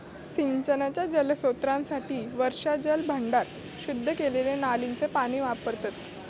सिंचनाच्या जलस्त्रोतांसाठी वर्षाजल भांडार, शुद्ध केलेली नालींचा पाणी वापरतत